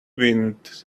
wind